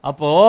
Apo